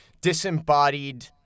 disembodied